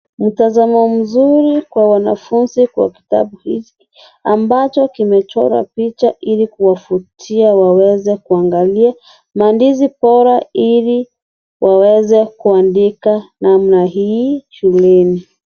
Mtazamo mzuri kwa wanafunzi kwa kitabu hichi ambacho kimechorwa picha ilikuwafutia iliwaweze kuangalia maandishi bora iliwaweze kuandika namna hii shuleni.